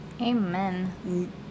Amen